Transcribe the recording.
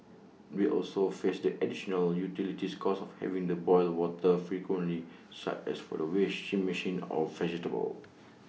they also faced the additional utilities cost of having the boil water frequently such as for the washing machine of vegetables